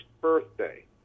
birthday